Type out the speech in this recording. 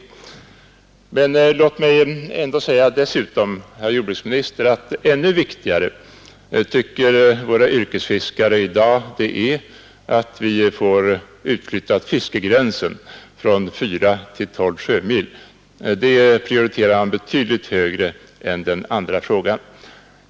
Låt mig dessutom säga, herr jordbruksminister, att ännu viktigare tycker våra yrkesfiskare i dag att det är att vi får fiskegränsen utflyttad från 4 till 12 sjömil. Det prioriterar man betydligt högre än den andra frågan.